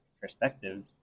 perspective